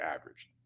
average